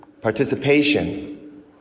participation